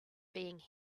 being